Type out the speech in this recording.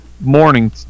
morning